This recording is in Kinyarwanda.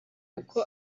kuko